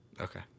Okay